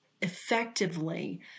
effectively